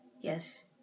Yes